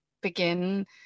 begin